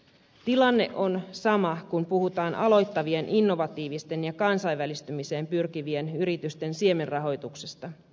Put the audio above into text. tilanne on sama kun puhutaan aloittavien innovatiivisten ja kansainvälistymiseen pyrkivien yritysten siemenrahoituksesta